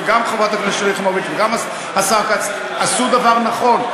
וגם חברת הכנסת שלי יחימוביץ וגם השר כץ עשו דבר נכון.